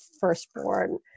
firstborn